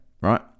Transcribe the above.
Right